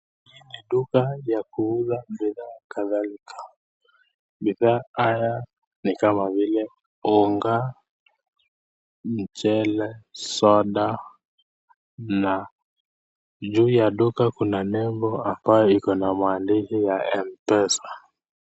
Duka ya kuuza bidhaa kadhalika, bidhaa haya ni kama vile unga, mchele, soda na juu ya duka kuna nembo ambayo iko na maandishi ya Mpesa.